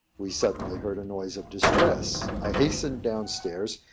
we suddenly heard a noise of distress i hastened down-stairs,